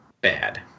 bad